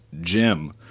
Jim